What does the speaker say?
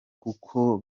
kuko